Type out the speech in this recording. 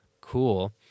Cool